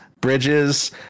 bridges